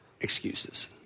excuses